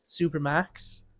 Supermax